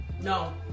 No